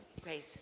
Grace